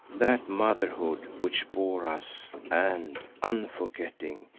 that motherhood which bore us, and, unforgetting,